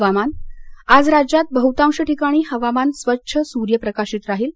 हवामान आज राज्यात बहुतांश ठिकाणी हवामान स्वछ आणि सूर्यप्रकाशित राहील